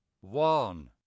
one